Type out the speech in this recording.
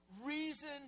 reason